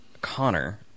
Connor